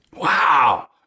Wow